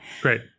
great